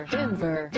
Denver